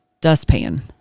dustpan